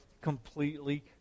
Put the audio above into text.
completely